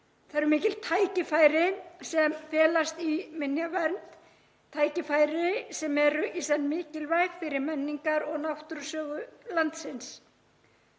Það eru mikil tækifæri felast í minjavernd; tækifæri sem eru í senn mikilvæg fyrir menningar- og náttúrusögu landsins.